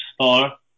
Star